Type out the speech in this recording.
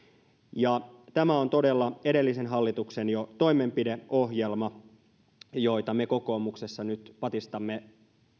tämä on todella jo edellisen hallituksen toimenpideohjelma jota me kokoomuksessa nyt patistamme